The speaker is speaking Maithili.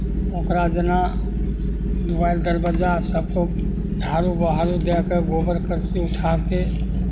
ओकरा जेना दुआरि दरवज्जा सभकेँ झाड़ू बहारू दए कऽ गोबर करसी उठा कऽ